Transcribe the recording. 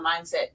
mindset